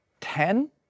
ten